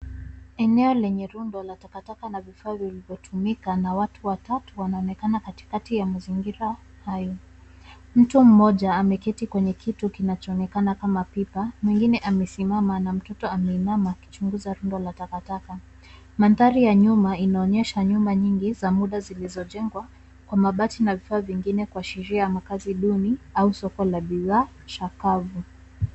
Eneo lenye rundo la takataka na vifaa vilivyotumika, na watu watatu wanaonekana katikati ya mzingira hayo. Mtu mmoja ameketi kwenye kitu kinachoonekana kama pipa, mwingine amesimama, na mtoto ameinama, akichunguza rundo la takataka. Mandhari ya nyuma inaonyesha nyumba nyingi za muda zilizojengwa kwa mabati na vifaa vingine , kuashiria makazi duni au soko la bidhaa chakavu.